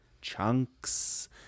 chunks